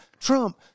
Trump